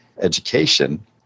education